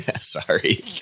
Sorry